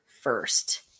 first